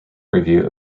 review